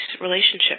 relationship